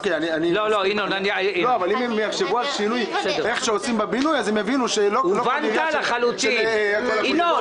לא היו 15 מיליארד, היו בסביבות 10 מיליארד.